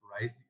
right